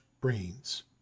brains